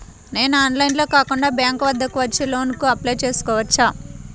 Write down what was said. నేను ఆన్లైన్లో కాకుండా బ్యాంక్ వద్దకు వచ్చి లోన్ కు అప్లై చేసుకోవచ్చా?